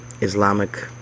Islamic